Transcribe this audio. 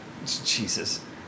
Jesus